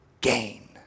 gain